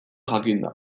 jakinda